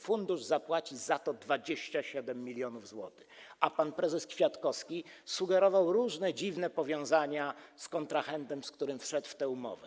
Fundusz zapłaci za to 27 mln zł, a pan prezes Kwiatkowski sugerował różne dziwne powiązania z kontrahentem, z którym wszedł w tę umowę.